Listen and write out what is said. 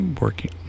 working